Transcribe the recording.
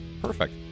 Perfect